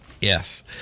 Yes